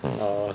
ah